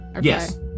Yes